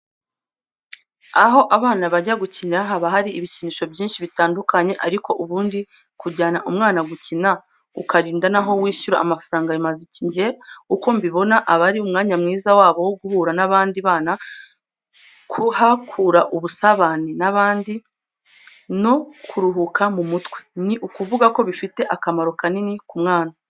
Aho abana bajya gukinira haba hari ibikinisho byinshi bitandukanye, ariko ubundi kujyana umwana gukina ukarinda naho wishyura amafaranga bimaze iki? Njye uko mbibona aba ari umwanya mwiza wabo wo guhura n'abandi bana, kuhakura ubusabane n'abandi no kuruhuka mu mutwe, ni ukuvuga ko bifite akamaro kanini ku mwana.